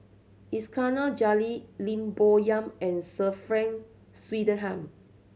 Iskandar Jalil Lim Bo Yam and Sir Frank Swettenham